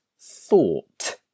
thought